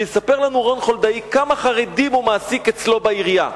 שיספר לנו רון חולדאי כמה חרדים הוא מעסיק אצלו בעירייה.